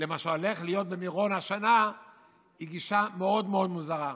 למה שהולך להיות במירון השנה היא גישה מאוד מאוד מוזרה.